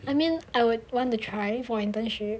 I mean I would want to try for internship